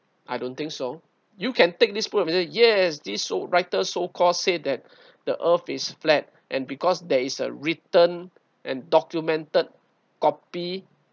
I don't think so you can take this pro yes this so writer so called said that the earth is flat and because there is a written and documented copy